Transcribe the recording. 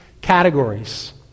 categories